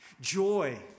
joy